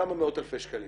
כמה מאות אלפי שקלים.